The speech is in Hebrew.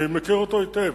אני מכיר אותו היטב.